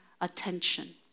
attention